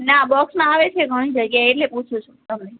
ના બોક્સમાં આવે છે ઘણી જગ્યાએ એટલે પૂછું છું તમને